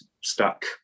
stuck